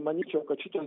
manyčiau kad šitos